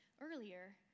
earlier